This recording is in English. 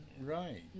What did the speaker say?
Right